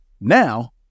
Now